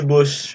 Bush